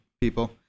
people